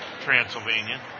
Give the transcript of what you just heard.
Transylvania